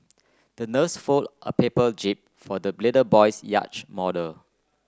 the nurse fold a paper jib for the little boy's yacht model